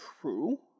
true